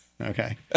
Okay